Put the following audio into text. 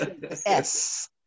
Yes